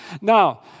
Now